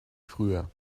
früher